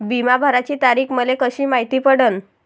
बिमा भराची तारीख मले कशी मायती पडन?